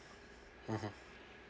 mmhmm